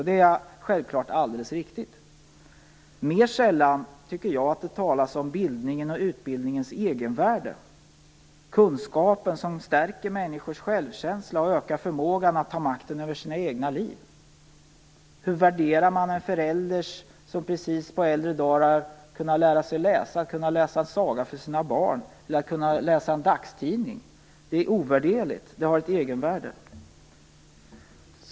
Det är självfallet alldeles riktigt. Mer sällan talas det om bildning och utbildningens egenvärde. Kunskap stärker människors självkänsla och ökar förmågan att ta makten över deras egna liv. Hur värderar man att en förälder som på äldre dar har lärt sig att läsa kan läsa en saga för sina barn eller kan läsa en dagstidning? Det är ovärderligt och har ett egenvärde.